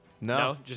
No